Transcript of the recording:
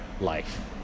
life